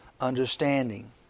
understanding